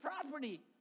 property